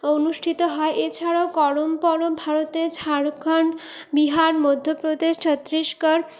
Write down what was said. অনুষ্ঠিত হয় এছাড়াও করম পরব ভারতের ঝাড়খন্ড বিহার মধ্যপ্রদেশ ছত্তিশগড়